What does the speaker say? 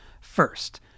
First